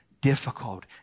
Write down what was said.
difficult